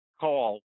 call